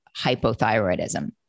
hypothyroidism